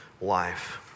life